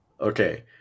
Okay